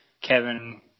Kevin